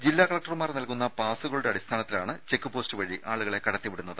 ജില്ലാ കലക്ടർമാർ നൽകുന്ന പാസുകളുടെ അടിസ്ഥാനത്തിലാണ് ചെക്പോസ്റ്റ് വഴി ആളുകളെ കടത്തിവിടുന്നത്